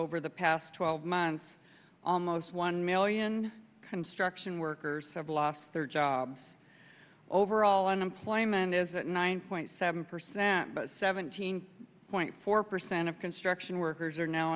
over the past twelve months almost one million construction workers have lost their jobs overall unemployment is at nine point seven percent but seventeen point four percent of construction workers are now